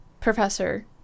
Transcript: professor